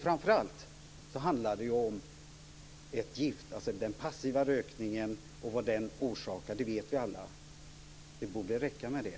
Framför allt handlar det om ett gift, den passiva rökningen. Vad den orsakar vet vi alla. Det borde räcka med det.